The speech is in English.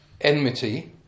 enmity